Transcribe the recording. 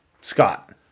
Scott